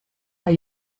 are